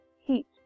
heat